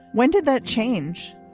when did that change?